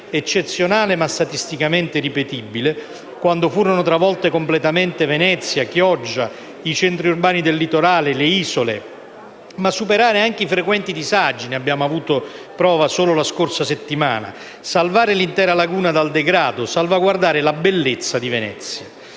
eccezionale ma statisticamente ripetibile, quando furono travolte completamente Venezia, Chioggia, i centri urbani del litorale e le isole, ma anche di superare i frequenti disagi - ne abbiamo avuto prova solo la scorsa settimana - salvare l'intera laguna dal degrado e salvaguardare la bellezza di Venezia.